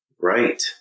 right